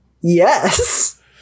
Yes